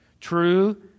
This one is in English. True